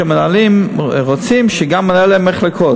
אמרו שהם רוצים גם לגבי מנהלי מחלקות.